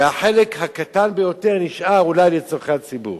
והחלק הקטן ביותר נשאר אולי לצורכי הציבור.